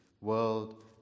world